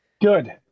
Good